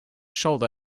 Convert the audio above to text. shoulder